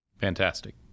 Fantastic